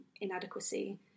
inadequacy